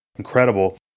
incredible